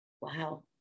wow